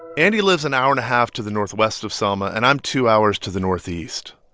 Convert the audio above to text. andy lives an hour and a half to the northwest of selma, and i'm two hours to the northeast.